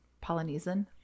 Polynesian